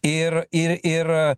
ir ir ir